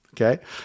okay